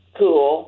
cool